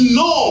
no